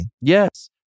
Yes